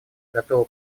готова